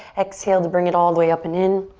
exhale to bring it all the way up and in.